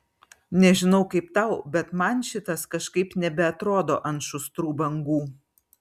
nežinau kaip tau bet man šitas kažkaip nebeatrodo ant šustrų bangų